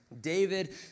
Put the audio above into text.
David